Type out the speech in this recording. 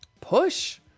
Push